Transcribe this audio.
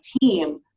team